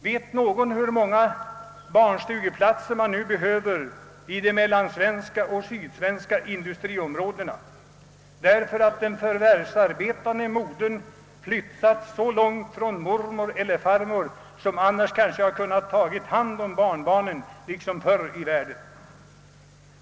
Vet någon hur många barnstugeplatser man nu behöver i de mellansvenska och sydsvenska industriområdena därför att den förvärvsarbetande modern flyttat så långt bort från mormor eller farmor, som annars kanske kunnat ta hand om barnbarnen såsom förr i världen?